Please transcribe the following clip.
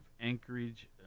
Anchorage